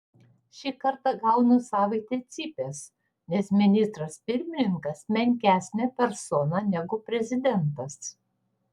šį kartą gaunu savaitę cypės nes ministras pirmininkas menkesnė persona negu prezidentas